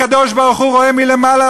הקדוש-ברוך-הוא רואה מלמעלה,